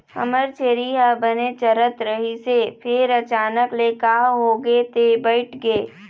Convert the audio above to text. हमर छेरी ह बने चरत रहिस हे फेर अचानक ले का होगे ते बइठ गे